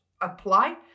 apply